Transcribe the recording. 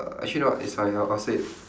uh actually you know what it's fine I'll say it